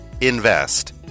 Invest